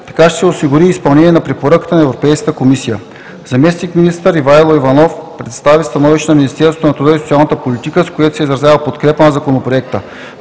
Така ще се осигури и изпълнение на препоръката на Европейската комисия. Заместник-министър Ивайло Иванов представи становището на Министерството на труда и социалната политика, с което се изразява подкрепа за Законопроекта.